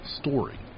story